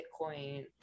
Bitcoin